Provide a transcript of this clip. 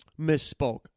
misspoke